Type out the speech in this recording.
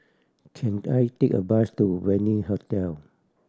can I take a bus to Venue Hotel